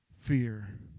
fear